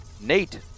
Nate